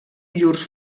llurs